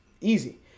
easy